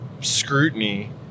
scrutiny